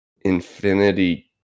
Infinity